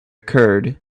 curd